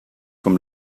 vom